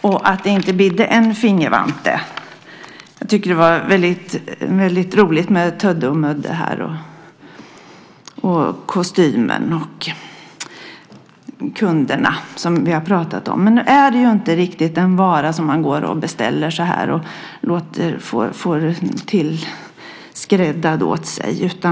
och att det inte bidde en fingervante. Jag tyckte att det var väldigt roligt med det som här sades om Tödde och Mödde, kostymen, och kunderna som vi har talat om. Men nu är det inte riktigt en vara som man går och beställer och låter få sig tillskräddad.